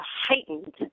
heightened